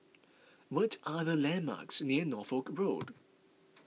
what are the landmarks near Norfolk Road